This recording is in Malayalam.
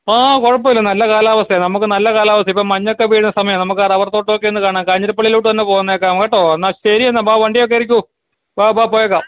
ആ കുഴപ്പമില്ല നല്ല കാലാവസ്ഥയാണ് നമുക്ക് നല്ല കാലാവസ്ഥയാണ് ഇപ്പം മഞ്ഞൊക്കെ വീഴുന്ന സമയമാണ് നമുക്ക് റബ്ബർ തോട്ടമൊക്കെ ഒന്ന് കാണാം കാഞ്ഞിരപ്പള്ളിയിലോട്ട് തന്നെ പോന്നേക്കാം കേട്ടോ എന്നാൽ ശരിയെന്നാൽ ബാ വണ്ടിയേ കയറിക്കൊ ബാ ബാ പോയേക്കാം